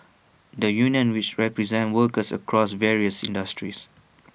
the union which represents workers across various industries